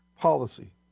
policy